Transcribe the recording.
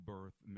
Birth